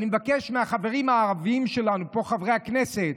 אני מבקש מהחברים הערבים שלנו, חברי הכנסת: